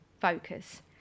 Focus